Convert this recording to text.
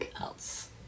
else